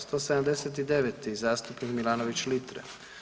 179. zastupnik Milanović Litra.